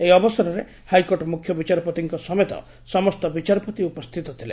ଏହି ଅବସରେ ହାଇକୋର୍ଟ ମୁଖ୍ୟ ବିଚାରପତିଙ୍କ ସମେତ ସମସ୍ତ ବିଚାରପତି ଉପସ୍ଚିତ ଥିଲେ